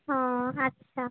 ও আচ্ছা